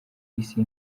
isi